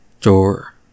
Door